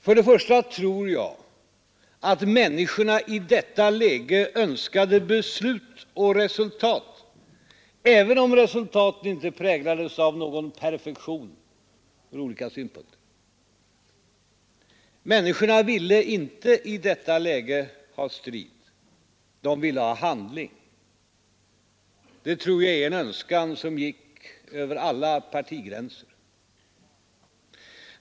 För det första tror jag att människorna i detta läge önskade beslut och resultat, även om resultaten inte präglades av perfektion. Människorna ville inte i detta läge ha strid. De ville ha handling. Det tror jag är en önskan som gick över alla partigränser.